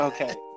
Okay